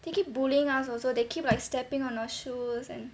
they keep bullying us also they keep like stepping on our shoes and